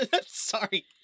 Sorry